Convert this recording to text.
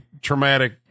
traumatic